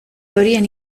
horien